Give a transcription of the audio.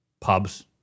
pubs